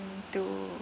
two